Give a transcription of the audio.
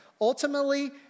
ultimately